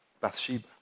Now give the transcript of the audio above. Bathsheba